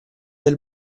del